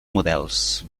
models